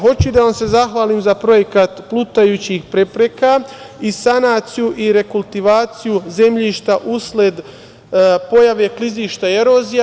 Hoću da vam se zahvalim za projekat „plutajućih prepreka“ i sanaciju i rekultivaciju zemljišta usled pojave klizišta, erozija.